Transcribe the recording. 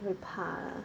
会怕 lah